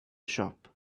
shop